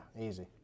easy